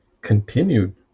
continued